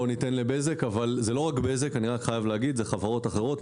נציג בזק יתייחס אבל אני חייב להגיד שזאת לא רק בזק אלא חברות אחרות.